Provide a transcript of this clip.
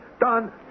done